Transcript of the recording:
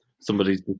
somebody's